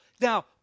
Now